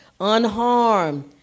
Unharmed